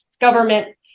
government